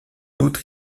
outre